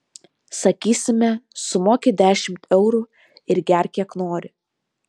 sakysime sumoki dešimt eurų ir gerk kiek nori